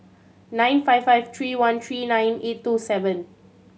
nine five five three one three nine eight two seven